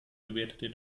gewährte